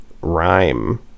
rhyme